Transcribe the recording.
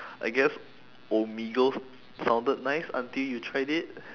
I guess omigos sounded nice until you tried it